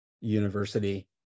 university